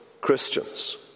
Christians